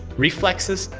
reflexes,